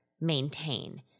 maintain